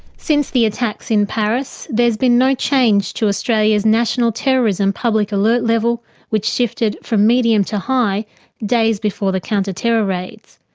since the attacks in paris, there's been no change to australia's national terrorism public alert level which shifted from medium to high days before the counter-terror raids.